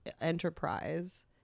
enterprise